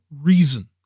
reason